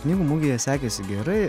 knygų mugėje sekėsi gerai